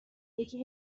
یکی